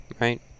right